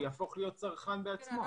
הוא יהפוך להיות צרכן בעצמו.